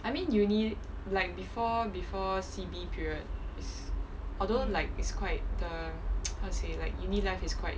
I mean uni like before before C_B period is although like is quite the how to say like uni life is quite